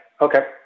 okay